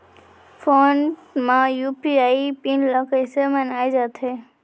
Phone म UPI pin ल कइसे बनाये जाथे?